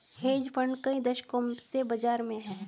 hedge fund कई दशकों से बाज़ार में हैं